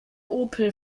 opel